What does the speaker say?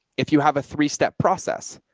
if you have a three-step process,